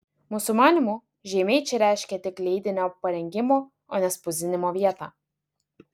mūsų manymu žeimiai čia reiškia tik leidinio parengimo o ne spausdinimo vietą